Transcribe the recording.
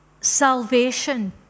salvation